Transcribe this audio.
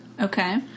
Okay